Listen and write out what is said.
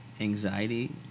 anxiety